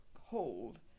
hold